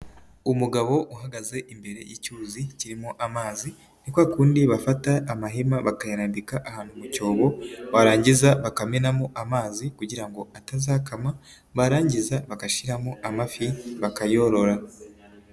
Umugabo uhagaze imbere y'icyuzi kirimo amazi. Ni kwa kundi bafata amahema bakayarambika ahantu mu cyobo, barangiza bakamenamo amazi, kugira ngo atazakama, barangiza bagashyiramo amafi bakayorora.